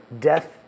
death